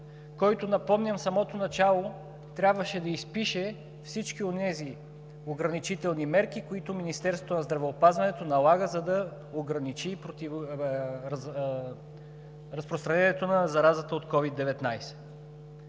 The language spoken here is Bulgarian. който, напомням, в самото начало трябваше да изпише всички онези ограничителни мерки, които Министерството на здравеопазването налага, за да ограничи разпространението на заразата от COVID-19.